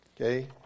Okay